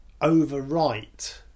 overwrite